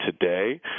today